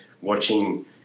watching